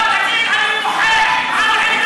איזה קונטרה, תגיד, אני מוחה על,